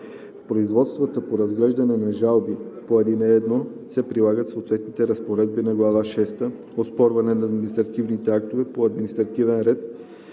В производствата по разглеждане на жалби по ал. 1 се прилагат съответно разпоредбите на глава шеста „Оспорване на административните актове по административен ред“